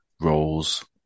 roles